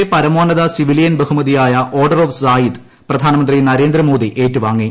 E യുടെ പരമോന്നത civilian ബഹുമതിയായ ഓർഡർ ഓഫ് സായിദ് പ്രധാനമന്ത്രി നരേന്ദ്ര മോദി ഏറ്റുവാങ്ങി